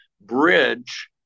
bridge